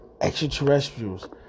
Extraterrestrials